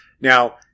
Now